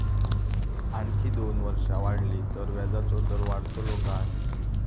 आणखी दोन वर्षा वाढली तर व्याजाचो दर वाढतलो काय?